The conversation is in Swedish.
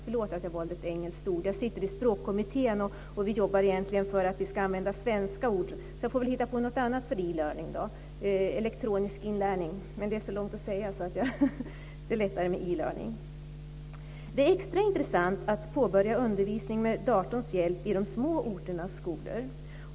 Förlåt att jag valde ett engelskt ord. Jag sitter i Språkkommittén, och vi jobbar egentligen för att vi ska använda svenska ord. Jag får väl hitta på något annat för e-learning - elektronisk inlärning. Men det är så långt att säga. Det är lättare med elearning. Det är extra intressant att påbörja undervisning med datorns hjälp i de små orternas skolor.